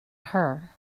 her